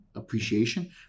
appreciation